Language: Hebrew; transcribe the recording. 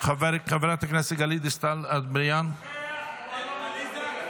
חבר הכנסת ווליד טאהא, אינו נוכח.